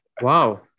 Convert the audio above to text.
Wow